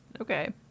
Okay